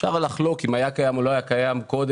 אפשר לחלוק אם היה קיים או לא היה קיים קודם